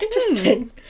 Interesting